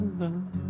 love